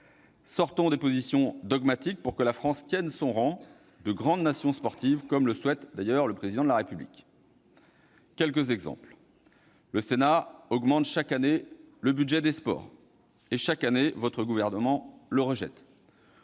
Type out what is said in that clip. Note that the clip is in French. Sortons des positions dogmatiques pour que la France tienne son rang de grande nation sportive, comme le souhaite le Président de la République. Ainsi, le Sénat augmente chaque année le budget des sports et, chaque année, le Gouvernement le rejette.